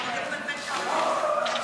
החוץ והביטחון נתקבלה.